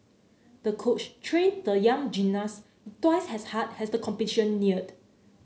the coach trained the young gymnast twice as hard as the competition neared